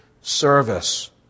service